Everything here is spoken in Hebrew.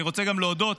אני רוצה גם להודות